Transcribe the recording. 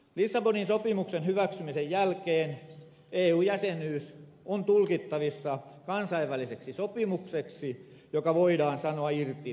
lissabonin sopimuksen hyväksymisen jälkeen eu jäsenyys on tulkittavissa kansainväliseksi sopimukseksi joka voidaan sanoa irti koska tahansa